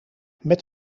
met